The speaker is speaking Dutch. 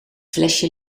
flesje